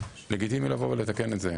ולגיטימי לתקן את זה.